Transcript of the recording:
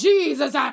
Jesus